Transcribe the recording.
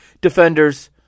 defenders